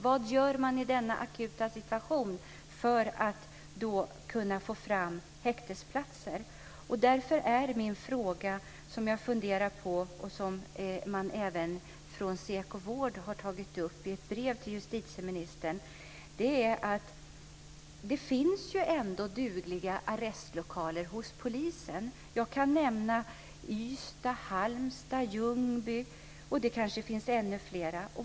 Vad gör man i denna akuta situation för att kunna få fram häktesplatser? En fråga som jag funderar över, och som även SEKO Vård har tagit upp i ett brev till justitieministern, är att det finns dugliga arrestlokaler hos polisen. Jag kan nämna Ystad, Halmstad, Ljungby och det finns kanske ännu fler.